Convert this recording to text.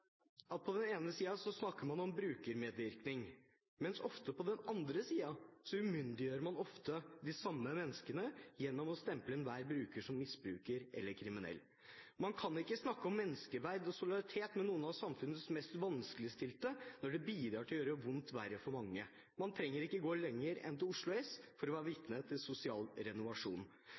utstøtt. På den ene siden snakker man om mer brukermedvirkning, mens man ofte på den annen side umyndiggjør de samme menneskene gjennom å stemple enhver bruker som misbruker eller kriminell. Man kan ikke snakke om menneskeverd og solidaritet med noen av samfunnets mest vanskeligstilte når det bidrar til å gjøre vondt verre for mange. Man trenger ikke gå lenger enn ned til Oslo S for å være vitne til sosial renovasjon.